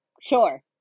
sure